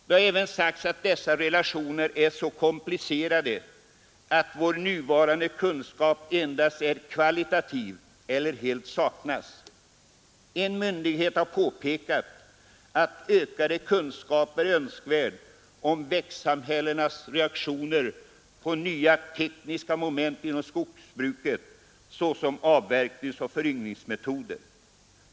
Det har även sagts att dessa relationer är så komplicerade att vår nuvarande kunskap endast är kvalitativ eller helt saknas. En myndighet har påpekat att ökade kunskaper är önskvärda om västsamhällenas reaktioner på nya tekniska moment inom skogsbruket såsom avverkningsoch föryngringsmetoder.